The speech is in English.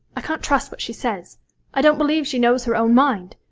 i can't trust what she says i don't believe she knows her own mind.